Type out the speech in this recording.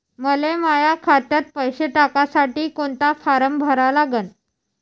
मले माह्या खात्यात पैसे टाकासाठी कोंता फारम भरा लागन?